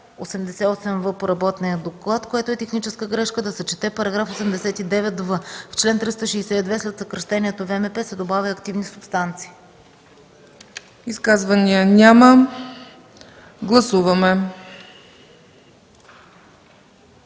Изказвания? Няма. Гласуваме.